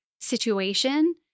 situation